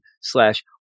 slash